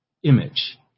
image